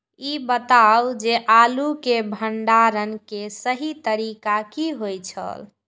ई बताऊ जे आलू के भंडारण के सही तरीका की होय छल?